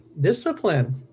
discipline